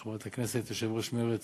חברת הכנסת יושבת-ראש מרצ